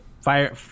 fire